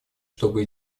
чтобы